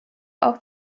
auch